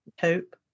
hope